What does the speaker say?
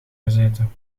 gezeten